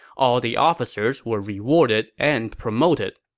all the officers were rewarded and promoted.